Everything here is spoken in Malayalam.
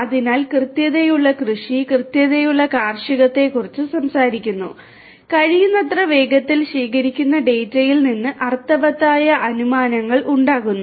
അതിനാൽ കൃത്യതയുള്ള കൃഷി കൃത്യതയുള്ള കാർഷികത്തെക്കുറിച്ച് സംസാരിക്കുന്നു കഴിയുന്നത്ര വേഗത്തിൽ ശേഖരിക്കുന്ന ഡാറ്റയിൽ നിന്ന് അർത്ഥവത്തായ അനുമാനങ്ങൾ ഉണ്ടാക്കുന്നു